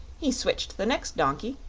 he switched the next donkey,